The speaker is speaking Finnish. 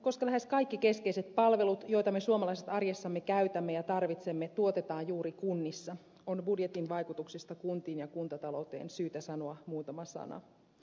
koska lähes kaikki keskeiset palvelut joita me suomalaiset arjessamme käytämme ja tarvitsemme tuotetaan juuri kunnissa on budjetin vaikutuksista kuntiin ja kuntatalouteen syytä sanoa muutama sana